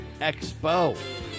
Expo